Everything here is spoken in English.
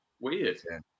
Weird